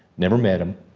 never met him.